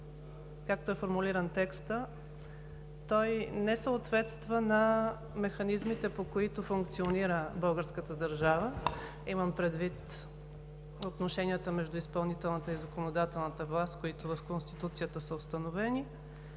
както е формулиран текстът, той не съответства на механизмите, по които функционира българската държава, имам предвид отношенията между изпълнителната и законодателната власт, които са установени